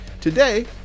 Today